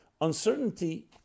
uncertainty